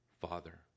Father